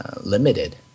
limited